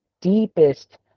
deepest